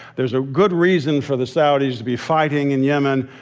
there's a good reason for the saudi to be fighting in yemen.